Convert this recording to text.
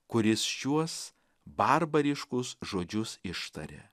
kuris šiuos barbariškus žodžius ištarė